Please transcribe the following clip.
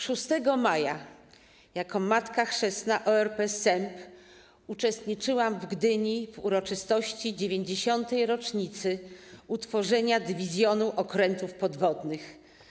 6 maja jako matka chrzestna ORP ˝Sęp˝ uczestniczyłam w Gdyni w uroczystości 90. rocznicy utworzenia Dywizjonu Okrętów Podwodnych.